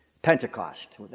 Pentecost